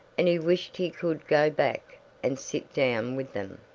and he wished he could go back and sit down with them.